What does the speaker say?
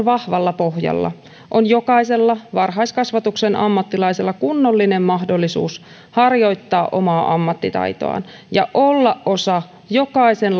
vahvalla pohjalla on jokaisella varhaiskasvatuksen ammattilaisella kunnollinen mahdollisuus harjoittaa omaa ammattitaitoaan ja olla osa jokaisen